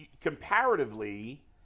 comparatively